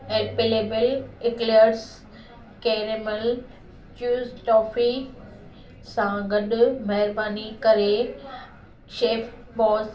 Alpenliebe eclairs caramel chews toffee सां गॾु महिरबानी करे शैफ बॉस